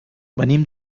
venim